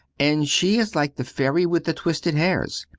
and she is like the ferry with the twisted hairs.